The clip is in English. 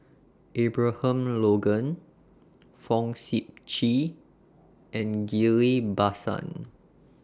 Abraham Logan Fong Sip Chee and Ghillie BaSan